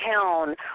town